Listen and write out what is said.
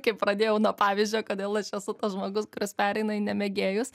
kai pradėjau nuo pavyzdžio kodėl aš esu tas žmogus kuris pereina į nemėgėjus